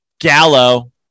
Gallo